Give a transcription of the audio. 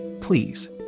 please